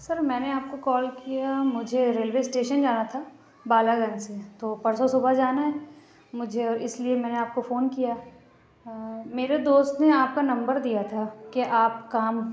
سر میں نے آپ کو کال کیا مجھے ریلوے اسٹیشن جانا تھا بالا گنج سے تو پرسوں صُبح جانا ہے مجھے اور اِس لیے میں نے آپ کو فون کیا میرے دوست نے آپ کا نمبر دیا تھا کہ آپ کام